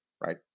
right